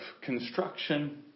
construction